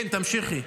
כן, תמשיכי.